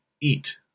eat